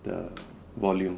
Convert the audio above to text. the volume